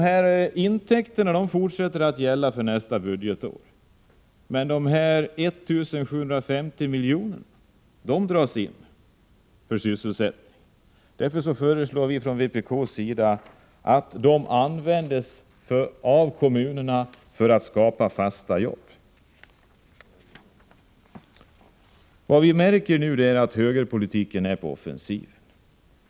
Jo, intäkterna fortsätter att komma in, men de 1 750 milj.kr. för sysselsättningen dras in. Därför föreslår vi från vpk att de här pengarna skall användas av kommunerna för att skapa fasta jobb. Vad vi märker nu är att högerpolitiken är på offensiven.